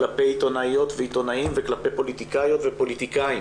כלפי עיתונאיות ועיתונאים וכלפי פוליטיקאיות ופוליטיקאים